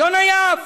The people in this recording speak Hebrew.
יונה יהב.